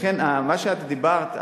לכן מה שאת דיברת,